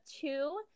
two